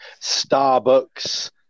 Starbucks